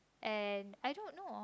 and I don't know